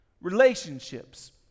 relationships